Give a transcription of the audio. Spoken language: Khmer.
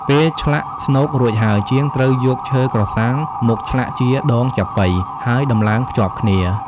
ពេលឆ្លាក់ស្នូករួចហើយ ជាងត្រូវយកឈើក្រសាំងមកឆ្លាក់ជា ដងចាប៉ី ហើយដំឡើងភ្ជាប់គ្នា។